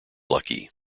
lucky